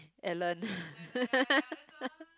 Ellen